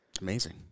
Amazing